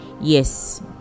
Yes